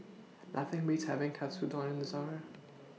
Nothing Beats having Katsudon in The Summer